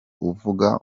uvuga